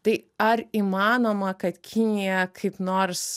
tai ar įmanoma kad kinija kaip nors